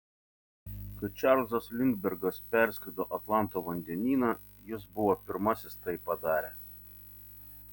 kai čarlzas lindbergas perskrido atlanto vandenyną jis buvo pirmasis tai padaręs